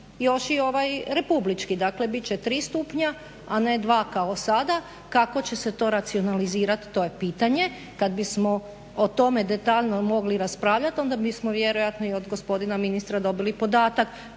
još i ovaj republički. Dakle, bit će 3 stupnja, a ne 2 kao sada. Kako će se to racionalizirat to je pitanje. Kad bismo o tome detaljno mogli raspravljat, onda bi smo vjerojatno i od gospodina ministra dobili podatak